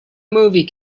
movie